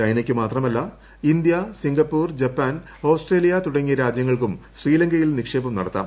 ചൈനയ്ക്ക് മാത്രമല്ല India Singapore Japan Australia തുടങ്ങിയ രാജ്യങ്ങൾക്കും ശ്രീലങ്കയിൽ നിർക്ഷേപം നടത്താം